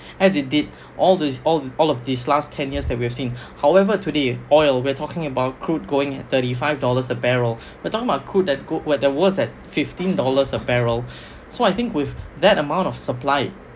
as it did all these all all of these last ten years that we've seen however today oil we're talking about crude going thirty five dollars a barrel we're talking about crude where the worst at fifteen dollars a barrel so I think with that amount of supply